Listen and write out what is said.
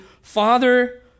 father